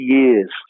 years